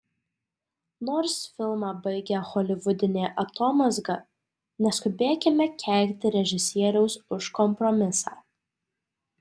nors filmą baigia holivudinė atomazga neskubėkime keikti režisieriaus už kompromisą